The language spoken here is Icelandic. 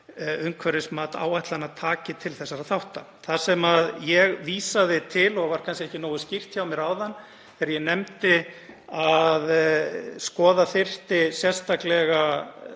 umhverfismat áætlana taki til þessara þátta. Það sem ég vísaði til, og var kannski ekki nógu skýrt hjá mér áðan, þegar ég nefndi að skoða þyrfti sérstaklega